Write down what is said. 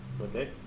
Okay